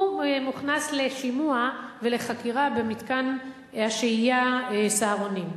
הוא מוכנס לשימוע ולחקירה במתקן השהייה "סהרונים".